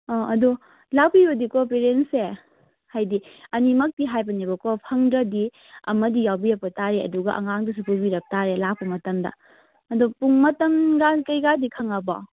ꯑ ꯑꯗꯣ ꯂꯥꯛꯄꯤꯎꯀꯣ ꯄꯔꯦꯟꯁꯁꯦ ꯍꯥꯏꯗꯤ ꯑꯅꯤꯃꯛꯇꯤ ꯍꯥꯏꯕꯅꯦꯕꯀꯣ ꯁꯪꯗ꯭ꯔꯗꯤ ꯑꯃꯗꯤ ꯌꯥꯎꯕꯤꯔꯛꯄꯇꯥꯔꯦ ꯑꯗꯨꯒ ꯑꯉꯥꯡꯗꯨꯁꯨ ꯄꯨꯕꯤꯔꯛꯄꯇꯥꯔꯦ ꯂꯥꯛꯄ ꯃꯇꯝꯗ ꯑꯗꯣ ꯄꯨꯡ ꯃꯇꯝ ꯀꯩꯀꯥꯗꯤ ꯈꯪꯉꯕꯣ